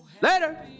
Later